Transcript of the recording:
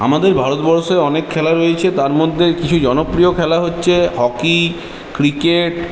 আমাদের ভারতবর্ষে অনেক খেলা রয়েছে তার মধ্যে কিছু জনপ্রিয় খেলা হচ্ছে হকি ক্রিকেট